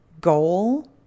goal